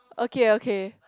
okay okay